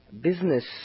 business